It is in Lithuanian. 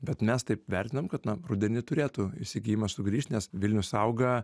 bet mes taip vertinam kad na rudenį turėtų įsigijimas sugrįžt nes vilnius auga